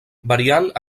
variant